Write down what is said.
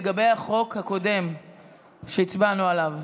לגבי החוק הקודם שהצבענו עליו.